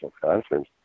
Conference